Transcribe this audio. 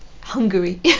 Hungary